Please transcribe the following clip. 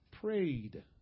prayed